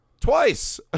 Twice